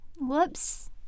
Whoops